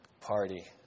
party